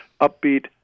upbeat